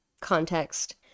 context